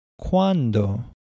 Cuando